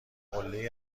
قلهای